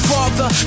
Father